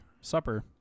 supper